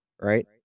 right